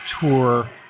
tour